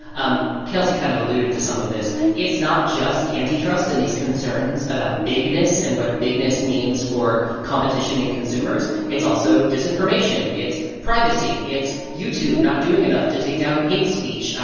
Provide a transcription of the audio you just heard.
um kelsey kind of alluded to some of this. it's not just antitrust and these concerns about bigness and what bigness means for competition and consumers. it's also disinformation. it's privacy. it's youtube not doing enough to take down hate speech,